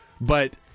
but-